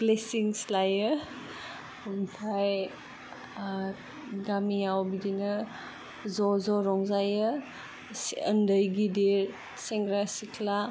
blessings लायो ओमफाय गामिआव बिदिनो ज' ज' रंजायो उन्दै गिदिर सेंग्रा सिख्ला